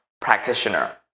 Practitioner